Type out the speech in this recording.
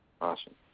Awesome